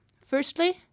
Firstly